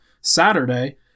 Saturday